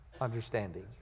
understanding